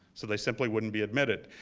so they simply wouldn't be admitted.